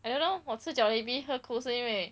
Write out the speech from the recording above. I don't know 我吃 jollibee 喝 coke 是因为